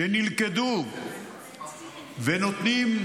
שנלכדו ונותנים,